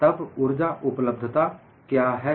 तब ऊर्जा उपलब्धता क्या है